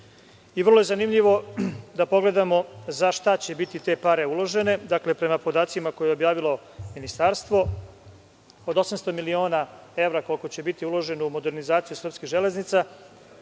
je zanimljivo da pogledamo za šta će biti te pare uložene, a prema podacima što je objavilo ministarstvo od 800 miliona evra koliko će biti uloženo u modernizaciju srpskih železnica,